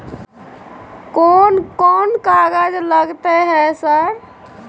कोन कौन कागज लगतै है सर?